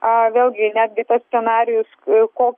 a vėlgi netgi toks scenarijus ko